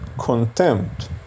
contempt